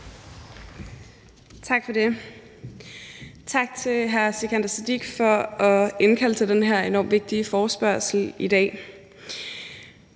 Tak for det, og tak til hr. Sikandar Siddique for at indkalde til den her enormt vigtige forespørgsel i dag.